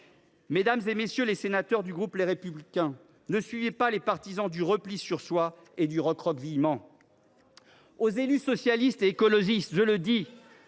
Mesdames, messieurs les sénateurs du groupe Les Républicains, ne suivez pas les partisans du repli sur soi et du recroquevillement ! De qui parlez vous ? Aux élus socialistes et écologistes, je veux